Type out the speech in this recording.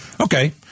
Okay